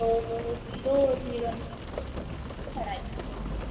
तो वह hero heroine में उनके बीच में लड़ाई हो जाती है